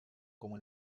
como